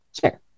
sure